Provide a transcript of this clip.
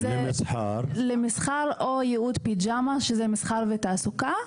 זה למסחר או ליעוד פיג'מה שזה מסחר ותעסוקה,